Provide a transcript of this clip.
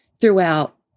throughout